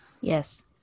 Yes